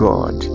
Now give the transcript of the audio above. God